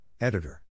Editor